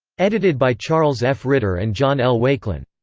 edited by charles f. ritter and jon l. wakelyn.